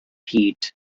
hyd